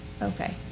Okay